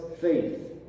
faith